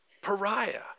pariah